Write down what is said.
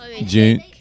june